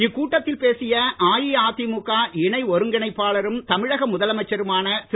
இக்கூட்டத்தில் பேசிய அஇஅதிமுக இணை ஒருங்கிணைப்பாளரும் தமிழக முதலமைச்சருமான திரு